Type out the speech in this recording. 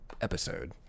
episode